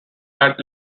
had